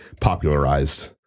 popularized